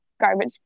garbage